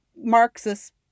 Marxist